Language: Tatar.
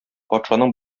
патшаның